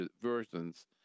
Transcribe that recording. versions